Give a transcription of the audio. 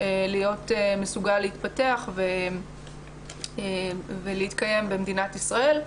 להיות מסוגל להתפתח ולהתקיים במדינת ישראל,